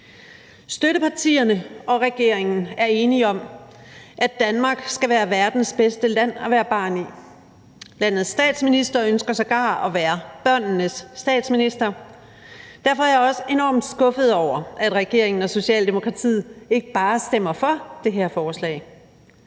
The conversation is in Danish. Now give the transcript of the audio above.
Støttepartierne og regeringen er enige om, at Danmark skal være verdens bedste land at være barn i. Landets statsminister ønsker sågar at være børnenes statsminister. Derfor er jeg også enormt skuffet over, at regeringen og Socialdemokratiet ikke bare stemmer for det her forslag.